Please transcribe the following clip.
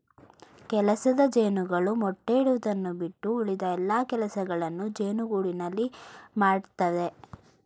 ಕೆಲಸದ ಜೇನುಗಳು ಮೊಟ್ಟೆ ಇಡುವುದನ್ನು ಬಿಟ್ಟು ಉಳಿದ ಎಲ್ಲಾ ಕೆಲಸಗಳನ್ನು ಜೇನುಗೂಡಿನಲ್ಲಿ ಮಾಡತ್ತವೆ